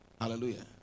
Hallelujah